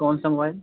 कौनसा मोबाईल